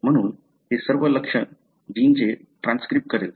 म्हणून ते सर्व लक्ष्य जीनचे ट्रान्सक्रिब करेल